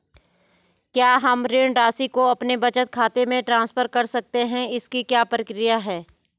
क्या हम ऋण राशि को अपने बचत खाते में ट्रांसफर कर सकते हैं इसकी क्या प्रक्रिया है?